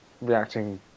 reacting